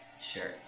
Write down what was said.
Sure